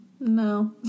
no